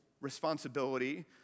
responsibility